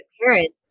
parents